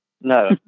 no